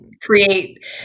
create